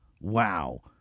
Wow